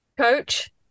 Coach